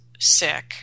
sick